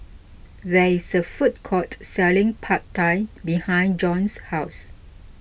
there is a food court selling Pad Thai behind Jon's house